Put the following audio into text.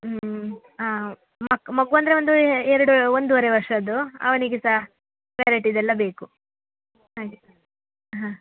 ಹ್ಞೂ ಮಗು ಮಗು ಅಂದರೆ ಒಂದು ಎರಡು ಒಂದೂವರೆ ವರ್ಷದ್ದು ಅವನಿಗೆ ಸಹ ವೆರೈಟಿಯದೆಲ್ಲ ಬೇಕು ಹಾಗೆ ಹಾಂ